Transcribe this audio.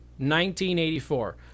1984